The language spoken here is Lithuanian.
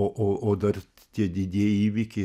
o o o dar tie didieji įvykiai